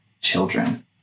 children